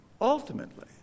ultimately